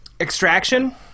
extraction